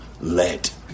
let